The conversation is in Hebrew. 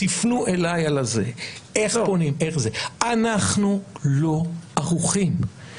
אנחנו לא ערוכים.